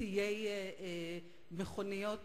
ציי מכוניות,